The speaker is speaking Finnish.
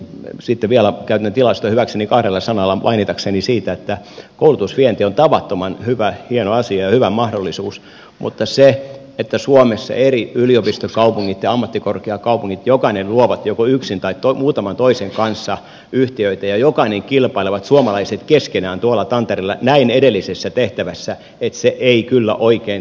sitten vielä käytän tilaisuutta hyväkseni kahdella sanalla mainitakseni siitä että koulutusvienti on tavattoman hyvä hieno asia ja hyvä mahdollisuus mutta se että suomessa eri yliopistokaupungit ja ammattikorkeakaupungit jokainen luovat joko yksin tai muutaman toisen kanssa yhtiöitä ja jokainen kilpailee suomalaiset keskenään tuolla tantereella näin edellisessä tehtävässä ei kyllä oikein toimi